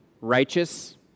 righteous